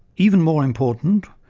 even more important,